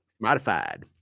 Modified